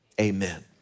amen